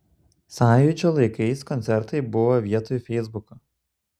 sąjūdžio laikais koncertai buvo vietoj feisbuko